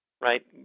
right